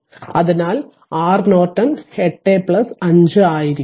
അതിനാൽ R Norton r 85 ആയിരിക്കും